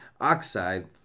oxide